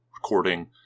recording